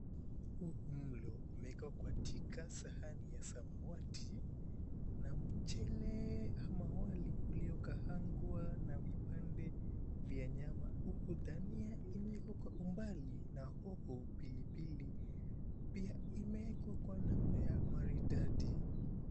Huu mlo umewekwa katika sahani ya samawati na mchele ama wali uliokaangwa na vipande vya nyama huku dania imewekwa kwa umbali na huku pilipili imewekwa kwa namna ya maridadi.